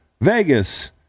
Vegas